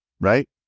right